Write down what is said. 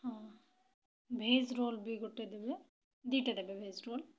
ହଁ veg roll ବି ଗୋଟେ ଦେବେ ଦୁଇଟା ଦେବେ ଭେଜ୍ ରୋଲ୍